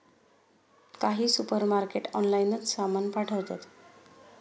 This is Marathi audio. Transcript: काही सुपरमार्केट ऑनलाइनच सामान पाठवतात